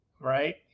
right